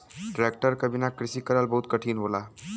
tractor क बिना कृषि करल बहुत कठिन होला